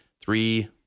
three